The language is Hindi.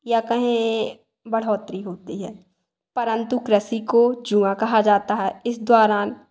या कहें बढ़ोतरी होती है परन्तु कृषि को जुआ कहा जाता है इस दौरान